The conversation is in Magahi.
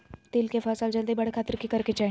तिल के फसल जल्दी बड़े खातिर की करे के चाही?